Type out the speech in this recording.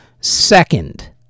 Second